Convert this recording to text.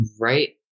Right